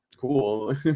cool